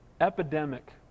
epidemic